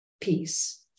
peace